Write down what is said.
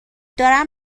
دارم